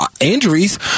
injuries